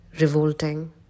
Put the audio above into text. revolting